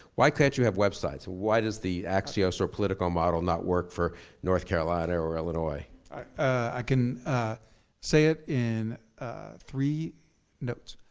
why can't you have websites? why does the axios or politico model not work for north carolina or illinois? i can say it in three notes.